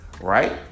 right